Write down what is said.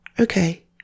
Okay